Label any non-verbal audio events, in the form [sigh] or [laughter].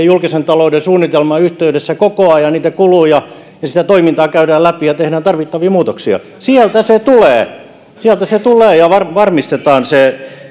[unintelligible] julkisen talouden suunnitelman yhteydessä koko ajan käydään kuluja ja toimintaa läpi ja tehdään tarvittavia muutoksia sieltä se tulee sieltä se tulee ja näin varmistetaan se [unintelligible]